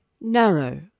narrow